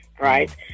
right